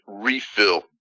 refill